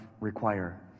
require